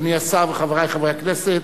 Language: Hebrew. אדוני השר וחברי חברי הכנסת,